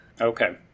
okay